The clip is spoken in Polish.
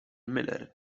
müller